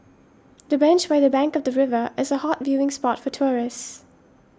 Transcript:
the bench by the bank of the river is a hot viewing spot for tourists